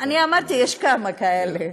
אני אמרתי: יש כמה כאלה,